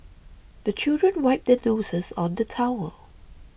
the children wipe their noses on the towel